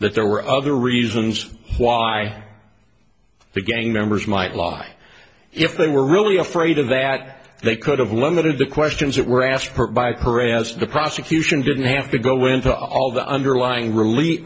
that there were other reasons why the gang members might lie if they were really afraid of that they could have limited the questions that were asked by parade as the prosecution didn't have to go into all the underlying relief